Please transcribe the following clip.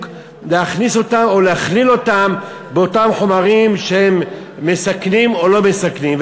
להכניס אותם או להכליל אותם באותם חומרים שהם מסכנים או לא מסכנים.